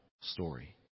story